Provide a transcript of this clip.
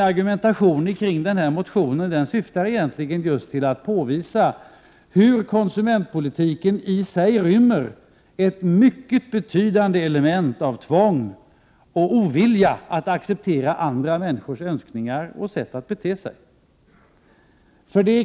Argumentationen i min motion syftar egentligen just till att påvisa hur konsumentpolitiken i sig rymmer ett mycket betydande element av tvång och ovilja att acceptera andra människors önskningar och sätt att bete sig.